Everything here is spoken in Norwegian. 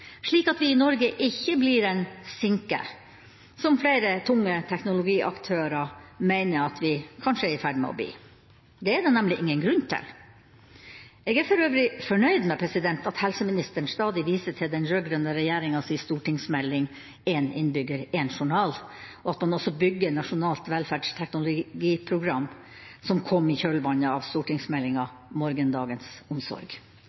slik at vi i Norge ikke blir en sinke, som flere tunge teknologiaktører mener at vi kanskje er i ferd med å bli. Det er det nemlig ingen grunn til. Jeg er for øvrig fornøyd med at helseministeren stadig viser til den rød-grønne regjeringas stortingsmelding Én innbygger – én journal, og at man også bygger på Nasjonalt velferdsteknologiprogram, som kom i kjølvannet av stortingsmeldinga Morgendagens omsorg.